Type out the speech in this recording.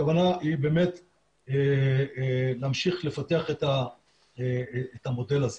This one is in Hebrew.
הכוונה היא באמת להמשיך לפתח את המודל הזה.